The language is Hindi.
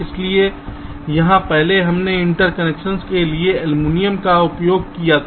इसलिए यहाँ पहले हमने इंटरकनेक्शंस के लिए एल्यूमीनियम का उपयोग किया था